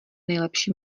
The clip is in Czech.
nejlepší